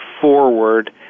forward